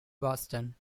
boston